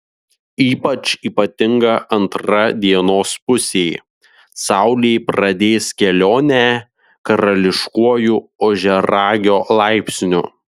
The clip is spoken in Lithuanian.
ypač ypatinga antra dienos pusė saulė pradės kelionę karališkuoju ožiaragio laipsniu